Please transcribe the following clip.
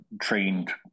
trained